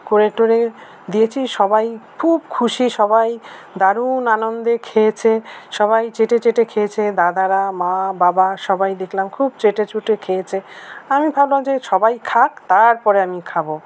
করে টরে দিয়েছি সবাই খুব খুশি সবাই দারুণ আনন্দে খেয়েছে সবাই চেটে চেটে খেয়েছে দাদারা মা বাবা সবাই দেখলাম খুব চেটে চুটে খেয়েছে আমি ভাবলাম যে সবাই খাক তারপরে আমি খাবো